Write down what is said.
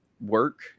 work